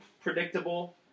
predictable